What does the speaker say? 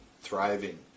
thriving